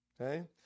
Okay